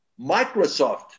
Microsoft